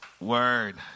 Word